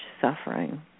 suffering